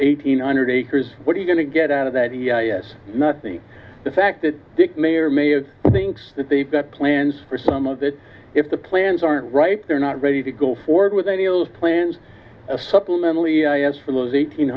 eight hundred acres what are you going to get out of that has nothing the fact that dick may or may have thinks that they've got plans for some of it if the plans aren't right they're not ready to go forward with any of those plans a supplemental as for those eight